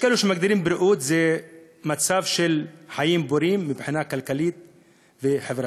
יש כאלה שמגדירים בריאות כמצב של חיים פוריים מבחינה כלכלית וחברתית.